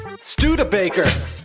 Studebaker